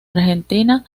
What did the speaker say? argentina